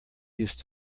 used